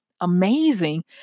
amazing